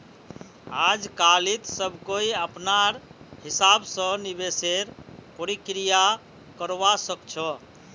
आजकालित सब कोई अपनार हिसाब स निवेशेर प्रक्रिया करवा सख छ